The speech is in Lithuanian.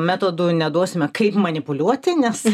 metodų neduosime kaip manipuliuoti nes